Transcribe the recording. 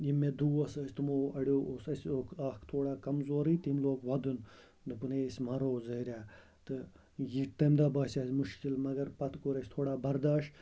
یِم مےٚ دوس ٲسۍ تِمو اَڑیو اوس اسہِ اَکھ تھوڑا کَمزورٕے تٔمۍ لوگ وَدُن دوٚپُن ہیے أسۍ مَرو زٕہریا تہٕ یہٕ تَمہِ دۄہ باسیو اسہِ مُشکِل مگر پتہٕ کوٚر اَسہِ تھوڑا بَرداش